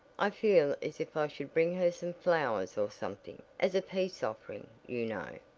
i feel as if i should bring her some flowers or something as a peace offering, you know.